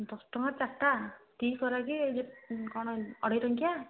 ଦଶ ଟଙ୍କା ଚାରିଟା କି କର କିି କ'ଣ ଅଢ଼େଇ ଟଙ୍କିଆ